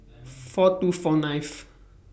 four two four ninth